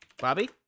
Bobby